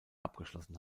abgeschlossen